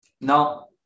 Now